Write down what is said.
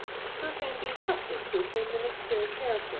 who can be trusted to assume the necessary character,